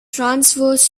transverse